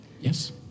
Yes